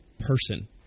person